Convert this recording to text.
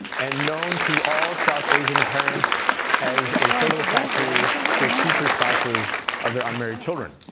and known to all south asian parents as a fertile factory for future spouses of their unmarried children.